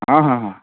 हाँ हाँ हाँ